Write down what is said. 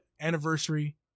anniversary